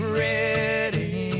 ready